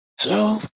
Hello